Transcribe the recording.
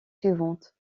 suivantes